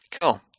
Cool